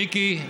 מיקי,